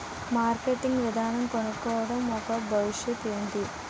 Marketing విధానం కనుక్కోవడం యెక్క భవిష్యత్ ఏంటి?